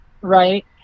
right